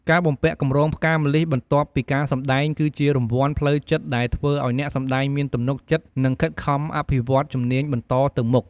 ការបំពាក់កម្រងផ្កាម្លិះបន្ទាប់ពីការសម្តែង គឺជារង្វាន់ផ្លូវចិត្តដែលធ្វើឲ្យអ្នកសម្តែងមានទំនុកចិត្ត និងខិតខំអភិវឌ្ឍជំនាញបន្តទៅមុខ។